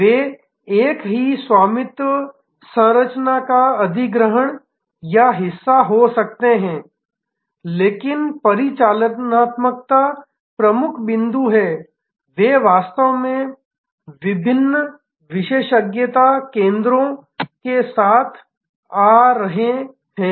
वे एक ही स्वामित्व संरचना का अधिग्रहण या हिस्सा हो सकते हैं लेकिन परिचालनात्मक प्रमुख बिंदु है वे वास्तव में विभिन्न विशेषज्ञता केंद्रों के साथ आ रहे हैं